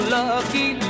lucky